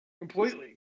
completely